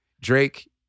Drake